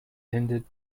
hindered